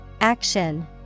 Action